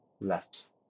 left